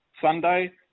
Sunday